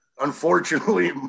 unfortunately